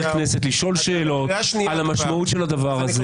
כנסת לשאול שאלות על המשמעות של הדבר הזה.